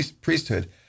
priesthood